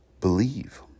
believe